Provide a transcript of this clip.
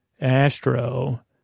Astro